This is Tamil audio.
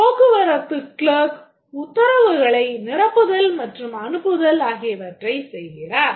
போக்குவரத்து clerk உத்தரவுகளை நிரப்புதல் மற்றும் அனுப்புதல் ஆகியவற்றைச் செய்கிறார்